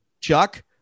Chuck